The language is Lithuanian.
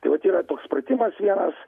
tai vat yra toks pratimas vienas